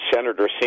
Senator